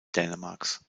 dänemarks